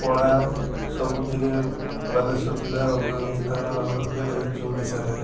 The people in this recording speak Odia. କଳା ସବୁଥିରେ ବାଲେଶ୍ଵର ଜିଲ୍ଲା ଅଗ୍ରଣୀ ସ୍ଥାନରେ ରହିଛି ଓଡ଼ିଶାରେ